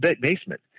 basement